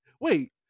wait